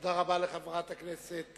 תודה רבה לחברת הכנסת